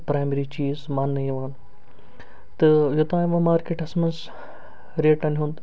primary چیٖز ماننہٕ یِوان تہٕ یوتانۍ وۅنۍ مارکٮ۪ٹَس منٛز ریٹَن ہُنٛد